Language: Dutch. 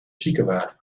ziekenwagen